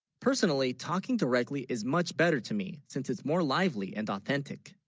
personally talking directly is much better to me since it's more lively and authentic